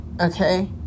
okay